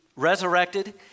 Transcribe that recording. resurrected